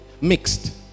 mixed